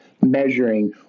measuring